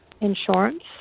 insurance